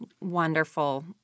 wonderful